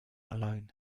alone